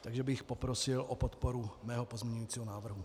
Takže bych poprosil o podporu svého pozměňovacího návrhu.